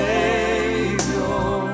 Savior